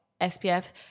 SPF